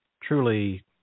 truly